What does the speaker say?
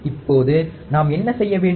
இப்போது நாம் என்ன செய்ய வேண்டும்